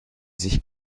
sich